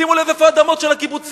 שימו לב איפה האדמות של הקיבוצים,